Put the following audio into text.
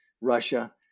russia